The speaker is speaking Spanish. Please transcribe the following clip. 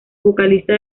vocalista